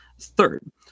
Third